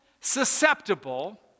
susceptible